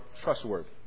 trustworthy